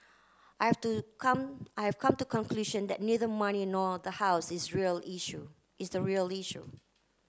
I have to come I have come to conclusion that neither money nor the house is real issue is the real issue